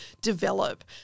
develop